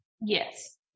Yes